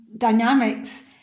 dynamics